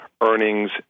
earnings